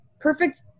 perfect